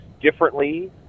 differently